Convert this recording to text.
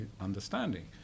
understanding